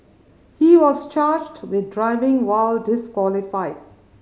he was charged with driving while disqualified